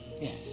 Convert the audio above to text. Yes